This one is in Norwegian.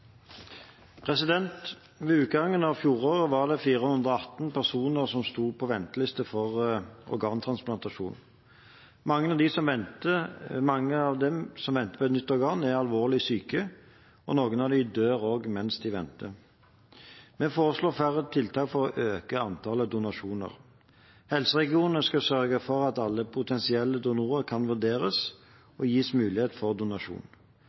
Ved utgangen av fjoråret var det 418 personer som sto på venteliste for organtransplantasjon. Mange av dem som venter på et nytt organ, er alvorlig syke. Noen av dem dør også mens de venter. Vi foreslår flere tiltak for å øke antall donasjoner. Helseregionene skal sørge for at alle potensielle donorer kan vurderes og gis mulighet for donasjon.